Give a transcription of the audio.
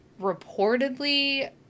Reportedly